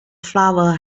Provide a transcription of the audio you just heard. flower